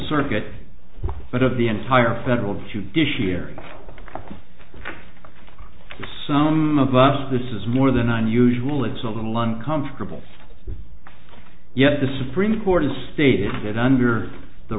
circuit but of the entire federal judiciary some of us this is more than unusual it's a little uncomfortable yet the supreme court has stated that under the